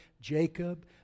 Jacob